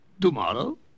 Tomorrow